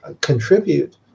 contribute